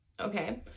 Okay